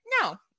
no